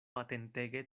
atentege